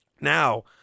Now